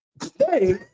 today